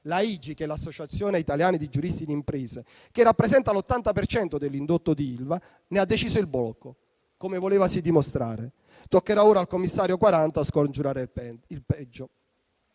garanzie, l'Associazione italiana di giuristi di imprese, che rappresenta l'80 per cento dell'indotto di Ilva, ne ha deciso il blocco, come volevasi dimostrare. Toccherà ora al commissario Quaranta scongiurare il peggio.